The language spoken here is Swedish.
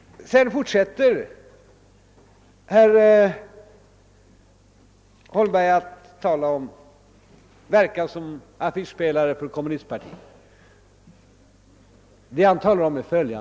Sedan fortsatte herr Holmberg att verka som affischpelare för kommunistpartiet.